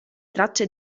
tracce